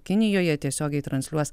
kinijoje tiesiogiai transliuos